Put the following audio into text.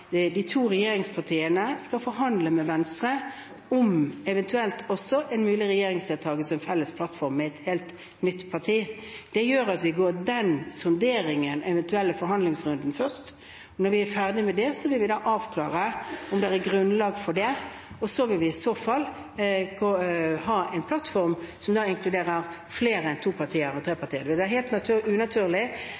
de to regjeringspartiene skal forhandle med Venstre om en mulig regjeringsdeltakelse og en felles plattform med et helt nytt parti. Det gjør at vi tar den sonderingen og eventuelle forhandlingsrunden først. Når vi er ferdig med det, vil vi avklare om det er grunnlag for det, og da vil vi i så fall ha en plattform som inkluderer flere enn to partier – tre